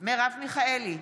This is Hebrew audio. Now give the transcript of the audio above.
מרב מיכאלי,